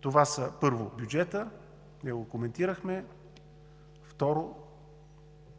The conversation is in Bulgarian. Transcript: Това са: първо, бюджетът – ние го коментирахме; второ,